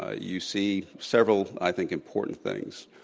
ah you see several, i think, important things.